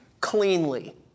cleanly